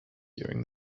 during